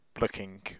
looking